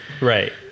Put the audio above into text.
Right